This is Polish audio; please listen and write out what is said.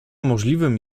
możliwym